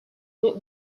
deux